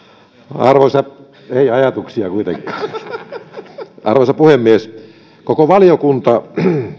ei ajatuksia kuitenkaan arvoisa puhemies koko valiokunta